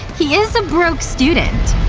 he is a broke student.